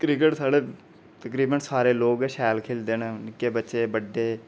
cricket साढ़े तकरीबन लोग शैल गै खेढदे न निक्के बच्चे बड्डे